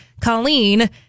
Colleen